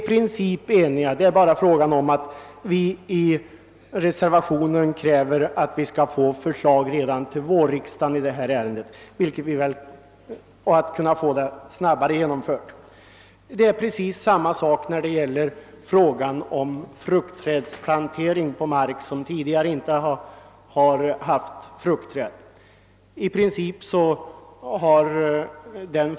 I princip råder det enighet i frågan; meningsskiljaktigheterna gäller tidpunkten för genomförandet av ändringarna. Vi reservanter vill ha ett förslag redan till vårriksdagen. Samma är förhållandet när det gäller avdrag för kostnader för omplantering av fruktträd på mark som tidigare inte varit planterad med sådana träd.